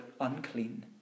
unclean